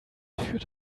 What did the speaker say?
führt